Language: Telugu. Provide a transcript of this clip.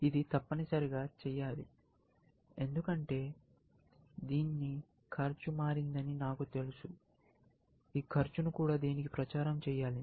ఇది తప్పనిసరిగా చేయాలి ఎందుకంటే దీని ఖర్చు మారిందని నాకు తెలుసు ఈ ఖర్చును కూడా దీనికి ప్రచారం చేయాలి